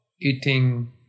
eating